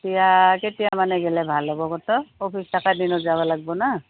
কেতিয়া মানে গ'লে ভাল হ'ব ক'ত অফিছ থকা দিনত যাব লাগিব না